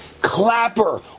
Clapper